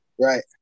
right